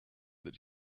that